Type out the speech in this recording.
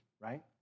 right